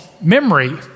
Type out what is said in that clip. memory